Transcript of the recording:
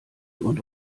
und